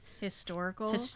historical